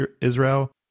Israel